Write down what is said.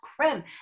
creme